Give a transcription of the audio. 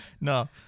no